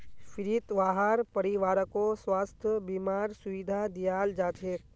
फ्रीत वहार परिवारकों स्वास्थ बीमार सुविधा दियाल जाछेक